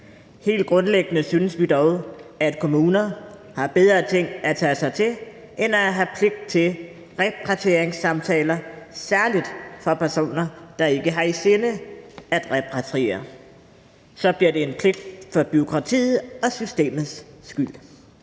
Helt grundlæggende synes vi dog, at kommuner har bedre ting at tage sig til end at have pligt til repatrieringssamtaler, særlig for personer, der ikke har i sinde at repatriere, for så bliver det en pligt for bureaukratiet og systemets skyld.